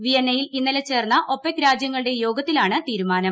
വിയന്നയിൽ ഇന്നലെ ചേർന്ന ഒപെക് രാജ്യങ്ങളുടെയോഗത്തിലാണ്തീരുമാനം